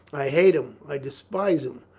i hate him! i despise him!